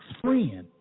friend